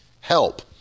help